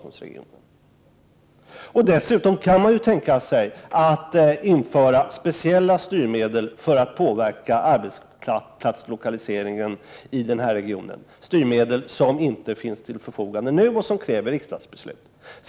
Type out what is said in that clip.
Man kunde införa speciella styrmedel för att påverka arbetsplatslokaliseringen i denna region, styrmedel som inte står till förfogande nu och för vilka det krävs riksdagsbeslut.